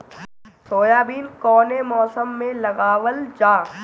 Soybean कौने मौसम में लगावल जा?